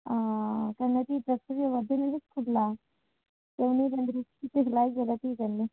हां कन्नै भी बकरियां बद्धी दियां निं छिल्ला उनें लेआइयै ते भी जन्नें आं